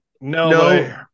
no